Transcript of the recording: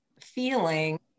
feeling